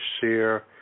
share